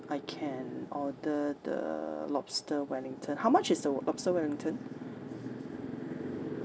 uh so maybe I can order the lobster wellington how much is the lobster wellington